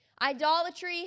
idolatry